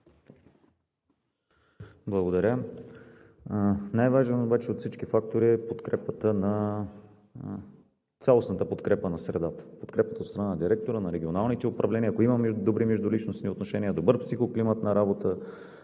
Благодаря. Най-важен обаче от всички фактори е цялостната подкрепа на средата, подкрепата от страна на директора, на регионалните управления. Ако имаме добри междуличностни отношения, добър психоклимат на работа,